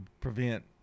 prevent